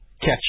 catch